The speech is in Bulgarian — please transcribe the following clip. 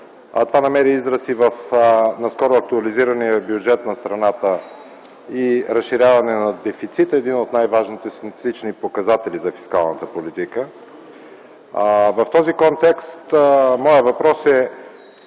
Това намери израз в наскоро актуализирания бюджет на страната и разширяването на дефицита – един от най-важните показатели за фискалната политика. В този контекст моят въпрос е: